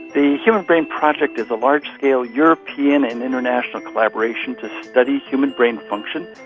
the human brain project is a large scale european and international collaboration to study human brain function,